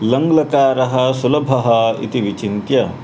लङ्ग्लकारः सुलभः इति विचिन्त्य